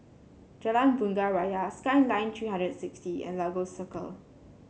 Jalan Bunga Raya Skyline Three hundred and sixty and Lagos Circle